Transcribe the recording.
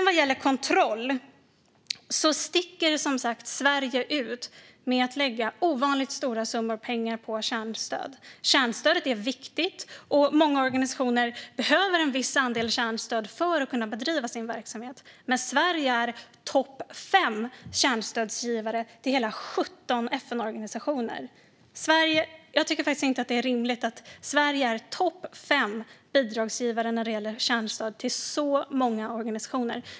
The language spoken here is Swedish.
Vad gäller kontroll sticker som sagt Sverige ut genom att lägga ovanligt stora summor pengar på kärnstöd. Kärnstödet är viktigt, och många organisationer behöver en viss andel kärnstöd för att kunna bedriva sin verksamhet. Men Sverige är i topp fem bland kärnstödsgivarna till hela 17 FN-organisationer. Jag tycker faktiskt inte att det är rimligt att Sverige är i topp fem bland bidragsgivare när det gäller kärnstöd till så många organisationer.